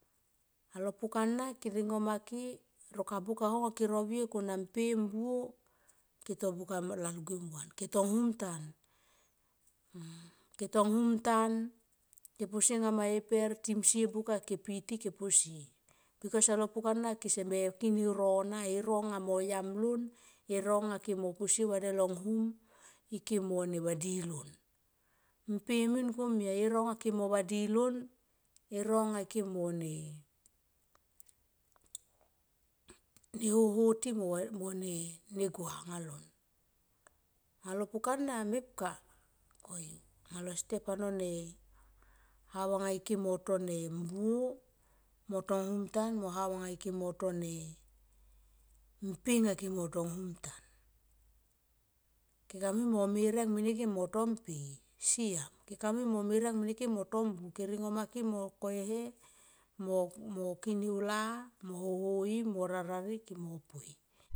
Alo pukana keringo make roka buk aho anga kona mpe ho mbuo ho keto buka laguem yan. Ke tong hum tan, ketong hum tan ke posie ranga ma e per timsie buka. Ke piti ke posie bikos alo pukana kese me kin ero na ero nga mo yom lan ero nga ke mo posie au vaden lo hum ike mo ne vadi lon mpe min komia ero nga ke mo vadi lon ero nga ke mo rie ho ho ti mo ne gua anga lon. Anga lo puka na mepka koyo anga lo step ano ne how anga ike mo to ne mbuo mo tong hum tan mo mpe nga ke motong hum tan keke mui mo mereng mene ke mo to mbuo. Ke ringomo ke mo ko e he mo kin e hula mo hohoi mo nararie mo poi.